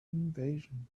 invasion